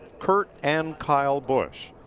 kurt and kyle busch.